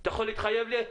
אתה יכול להתחייב לי?